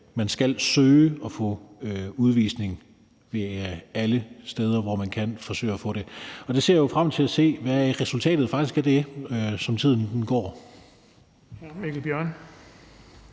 man skal søge at opnå udvisning alle de steder, hvor man kan forsøge at opnå det. Der ser jeg jo faktisk frem til at se, hvad resultatet af det er, som tiden går.